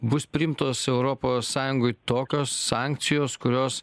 bus priimtos europos sąjungoj tokios sankcijos kurios